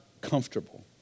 comfortable